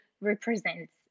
represents